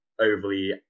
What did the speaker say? overly